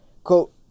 Quote